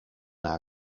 naar